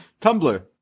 Tumblr